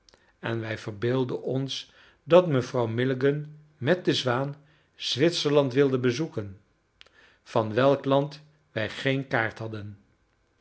en wij verbeeldden ons dat mevrouw milligan met de zwaan zwitserland wilde bezoeken van welk land wij geen kaart hadden